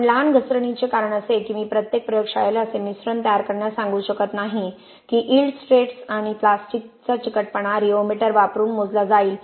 आपण लहान घसरणीचे कारण असे की मी प्रत्येक प्रयोगशाळेला असे मिश्रण तयार करण्यास सांगू शकत नाही की ईल्ड स्ट्रेस आणि प्लॅस्टिकचा चिकटपणा रिओमीटर वापरून मोजला जाईल